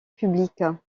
publique